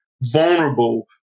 vulnerable